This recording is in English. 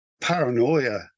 paranoia